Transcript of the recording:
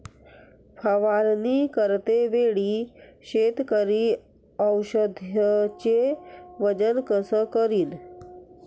फवारणी करते वेळी शेतकरी औषधचे वजन कस करीन?